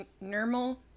normal